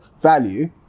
value